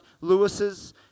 Lewis's